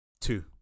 Two